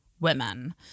women